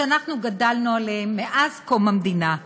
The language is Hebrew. שעליהם אנחנו גדלנו מאז קום המדינה,